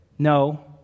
No